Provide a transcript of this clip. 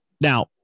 now